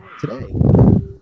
today